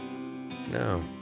No